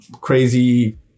crazy